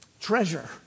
treasure